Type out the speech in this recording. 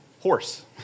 Horse